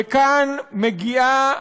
וכאן מגיעה